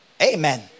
Amen